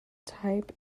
type